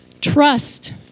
Trust